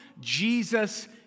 Jesus